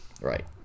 Right